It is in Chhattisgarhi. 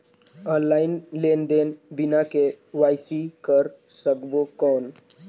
ऑनलाइन लेनदेन बिना के.वाई.सी कर सकबो कौन??